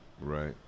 Right